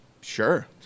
Sure